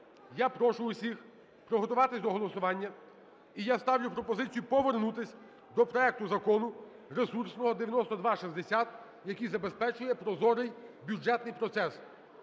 я прошу всіх приготуватись до голосування і я ставлю пропозицію повернутись до проекту Закону ресурсного 9260, який забезпечує прозорий бюджетний процес.